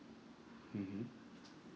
mmhmm